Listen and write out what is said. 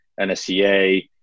NSCA